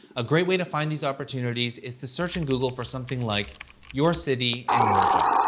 a great way to find these opportunities is to search in google for something like your city and your job.